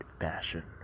fashion